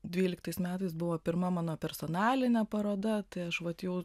dvyliktais metais buvo pirma mano personalinė paroda tai aš vat jau